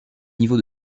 niveau